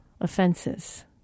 offenses